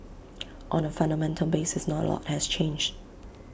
on A fundamental basis not A lot has changed